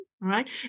right